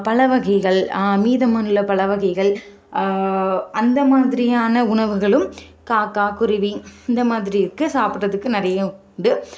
பல வகைகள் மீதமான பல வகைகள் அந்த மாதிரியான உணவுகளும் காக்கா குருவி இந்த மாதிரிக்கு சாப்பிட்றதுக்கு நிறைய உண்டு